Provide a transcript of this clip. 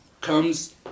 comes